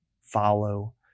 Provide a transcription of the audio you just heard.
follow